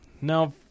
Now